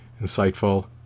insightful